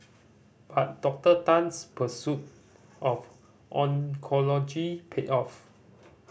but Doctor Tan's pursuit of oncology paid off